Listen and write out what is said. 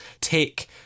take